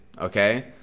okay